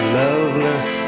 loveless